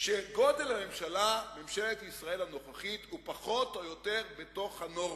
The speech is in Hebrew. שגודל ממשלת ישראל הנוכחית הוא פחות או יותר בתוך הנורמה.